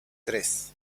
tres